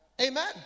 amen